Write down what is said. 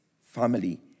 family